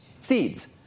seeds